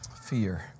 fear